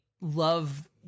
love